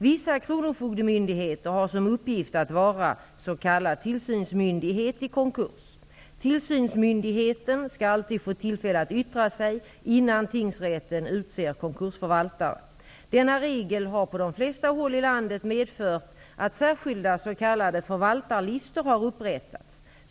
Vissa kronofogdemyndigheter har som uppgift att vara s.k. tillsynsmyndighet i konkurs. Tillsynsmyndigheten skall alltid få tillfälle att yttra sig innan tingsrätten utser konkursförvaltare. Denna regel har på de flesta håll i landet medfört att särskilda s.k. förvaltarlistor har upprättats.